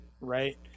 right